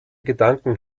gedanken